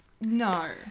No